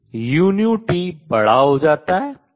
u बड़ा हो जाता है